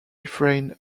friend